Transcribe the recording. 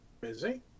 Busy